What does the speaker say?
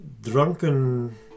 drunken